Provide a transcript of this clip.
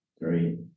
three